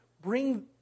bring